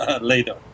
later